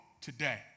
today